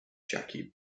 jackie